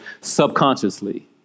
subconsciously